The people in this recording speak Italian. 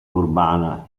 urbana